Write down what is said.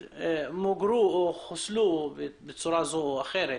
מוגרו או חוסלו בצורה זו או אחרת.